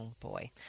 boy